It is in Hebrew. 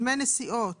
מדי נסיעות